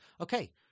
okay